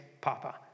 Papa